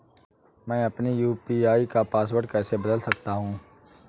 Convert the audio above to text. मैं अपने यू.पी.आई का पासवर्ड कैसे बदल सकता हूँ?